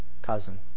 cousin